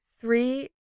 three